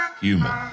Human